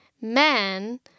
men